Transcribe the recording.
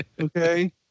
Okay